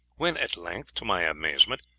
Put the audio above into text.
when at length, to my amazement,